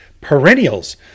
perennials